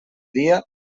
dia